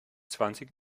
zwanzig